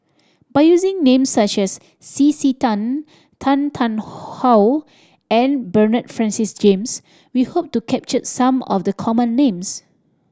by using names such as C C Tan Tan Tarn How and Bernard Francis James we hope to capture some of the common names